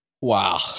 Wow